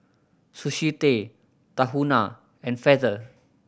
Sushi Tei Tahuna and Feather